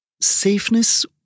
Safeness